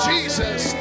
Jesus